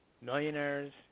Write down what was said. millionaires